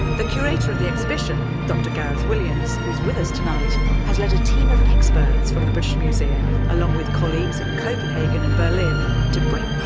the curator of the exhibition dr. gareth williams who's with us tonight has led a team of experts from the british museum along with colleagues from and copenhagan and berlin to bring